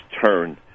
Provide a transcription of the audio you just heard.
turn